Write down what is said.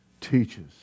teaches